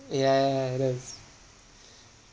ya ya ya it is